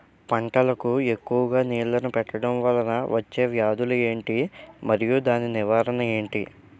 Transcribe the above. పంటలకు ఎక్కువుగా నీళ్లను పెట్టడం వలన వచ్చే వ్యాధులు ఏంటి? మరియు దాని నివారణ ఏంటి?